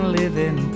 living